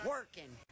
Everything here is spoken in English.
Working